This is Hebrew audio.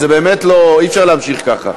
באמת אי-אפשר להמשיך ככה.